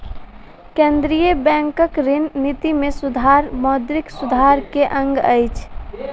केंद्रीय बैंकक ऋण निति में सुधार मौद्रिक सुधार के अंग अछि